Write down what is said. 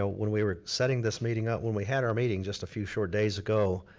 ah when we were setting this meeting up, when we had our meeting just a few short days ago,